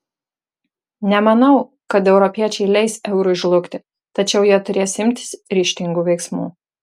nemanau kad europiečiai leis eurui žlugti tačiau jie turės imtis ryžtingų veiksmų